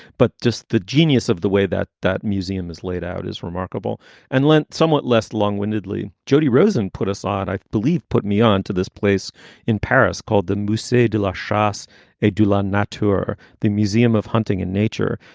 but just the genius of the way that that museum is laid out is remarkable and lent somewhat less long winded. lee. jody rosen put us on, i believe put me on to this place in paris called the moussouai de la chasse a dula not tour the museum of hunting in nature,